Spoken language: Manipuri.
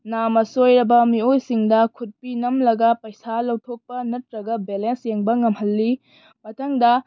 ꯅꯥꯃ ꯁꯣꯏꯔꯕ ꯃꯤꯑꯣꯏꯁꯤꯡꯗ ꯈꯨꯕꯤ ꯅꯝꯂꯒ ꯄꯩꯁꯥ ꯂꯧꯊꯣꯛꯄ ꯅꯠꯇ꯭ꯔꯒ ꯕꯦꯂꯦꯟꯁ ꯌꯦꯡꯕ ꯉꯝꯍꯜꯂꯤ ꯃꯊꯪꯗ